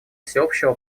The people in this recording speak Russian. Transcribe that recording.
всеобщего